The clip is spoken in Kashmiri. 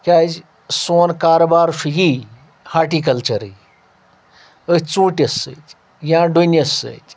کیازِ سون کارٕبار چھُ یی ہاٹِکَلچَرٕے أتھۍ ژوٗنٛٹِس ستۭۍ یا ڈوٗنِس سۭتۍ